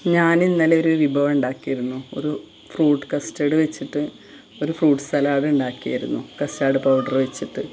ഞാനിന്നലെ ഒരു വിഭവം ഉണ്ടാക്കിയിരുന്നു ഒരു ഫ്രൂട്ട് കസ്റ്റഡ് വെച്ചിട്ട് ഒരു ഫ്രൂട്ട് സലാഡ് ഉണ്ടാക്കിയിരുന്നു കസ്റ്റാഡ് പൗഡറ് വെച്ചിട്ട്